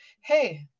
Hey